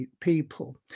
people